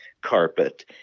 carpet